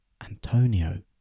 Antonio